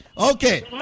Okay